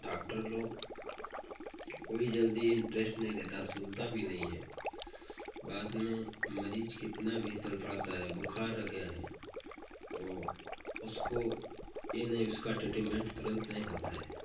doctor लोग कोई जल्दी इंटरेश्ट नहीं लेता सुनता भी नहीं है बाद में मरीज़ कितना भी तड़ फड़ता है बुख़ार आ गया है तो उसको यह नहीं उसका ट्रीट्मेन्ट तुरंत नहीं होता है